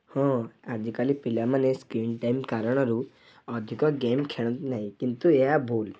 ହଁ ଆଜିକାଲି ପିଲାମାନେ ସ୍କିନ୍ ଟାଇମ୍ କାରଣରୁ ଅଧିକ ଗେମ୍ ଖେଳନ୍ତି ନାହିଁ କିନ୍ତୁ ଏହା ଭୁଲ୍